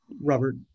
Robert